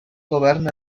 govern